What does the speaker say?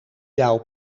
jouw